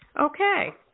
Okay